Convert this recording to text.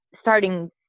starting